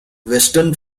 western